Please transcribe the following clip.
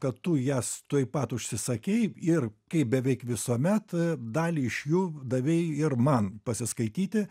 kad tu jas tuoj pat užsisakei ir kaip beveik visuomet dalį iš jų davei ir man pasiskaityti